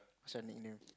what's your nickname